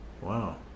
Wow